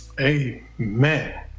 Amen